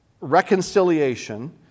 reconciliation